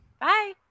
Bye